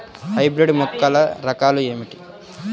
Hybrid మొక్కల రకాలు ఏమిటీ?